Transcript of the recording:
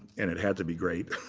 and it had to be great.